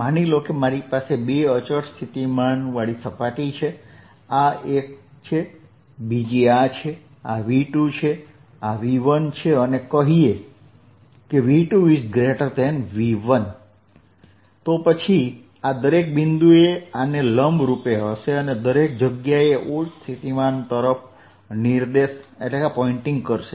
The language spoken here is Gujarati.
માની લો કે મારી પાસે બે અચળ સ્થિતિમાન સપાટી છે એક આ છે બીજી આ છે આ V2 છે આ V1 છે અને કહીએ કે V2 V1 તો પછીઆ દરેક બિંદુએ આને લંબરૂપ હશે અને દરેક જગ્યાએ ઉચ્ચ સ્થિતિમાન તરફ નિર્દેશ કરશે